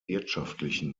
wirtschaftlichen